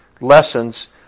lessons